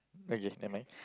okay never mind